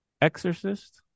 Exorcist